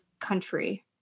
country